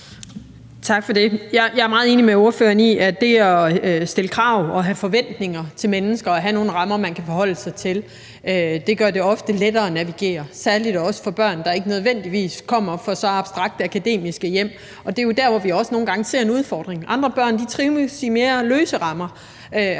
Tak for det. Jeg er meget enig med ordføreren i, at det at stille krav og have forventninger til mennesker og have nogle rammer, man kan forholde sig til, ofte gør det lettere at navigere, særligt for børn, der ikke nødvendigvis kommer fra så abstrakt akademiske hjem. Og det er jo der, hvor vi også nogle gange ser en udfordring. Andre børn trives i mere løse rammer,